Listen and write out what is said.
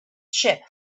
ship